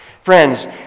Friends